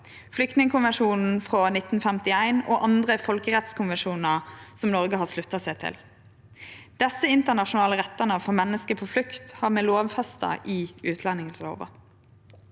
flyktningkonvensjonen frå 1951 og andre folkerettskonvensjonar som Noreg har slutta seg til. Desse internasjonale rettane for menneske på flukt har vi lovfesta i utlendingslova.